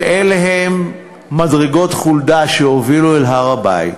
ואלה הן מדרגות חולדה, שהובילו אל הר-הבית,